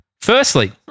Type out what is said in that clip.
Firstly-